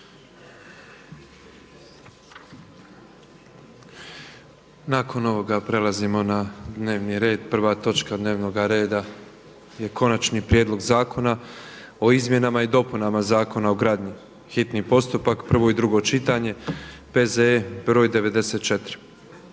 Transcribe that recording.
Nakon ovoga prelazimo na dnevni red. Prva točka dnevnoga reda je: - Konačni prijedlog zakona o izmjenama i dopunama Zakona o gradnji, hitni postupak, prvo i drugo čitanje, P.Z.E. broj 94